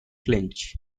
clinch